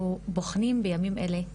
אנחנו בוחנים בימים אלה,